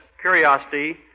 curiosity